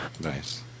Nice